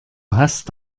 hast